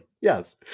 Yes